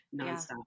nonstop